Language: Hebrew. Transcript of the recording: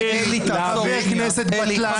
חבר כנסת בטלן.